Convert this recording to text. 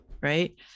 right